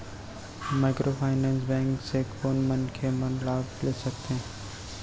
Microfinance bank से कोन मनखे मन लाभ ले सकथे?